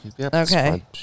Okay